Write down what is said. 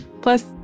plus